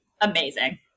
Amazing